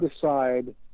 decide